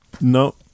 no